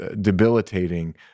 debilitating